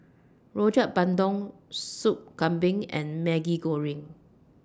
Rojak Bandung Sup Kambing and Maggi Goreng